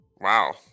Wow